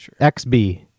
XB